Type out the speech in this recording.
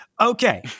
okay